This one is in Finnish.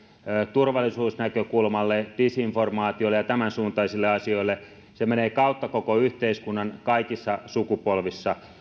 turvallisuusnäkökulmalle disinformaatiolle ja tämänsuuntaisille asioille se menee kautta koko yhteiskunnan kaikissa sukupolvissa